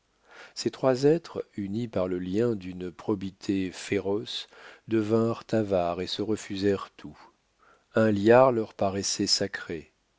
ces trois êtres unis par le lien d'une probité féroce devinrent avares et se refusèrent tout un liard leur paraissait sacré